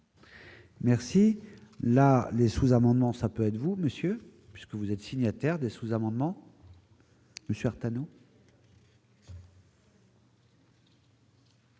Merci la les sous-amendements, ça peut être vous, monsieur, puisque vous êtes signataire des sous-amendements. Merci monsieur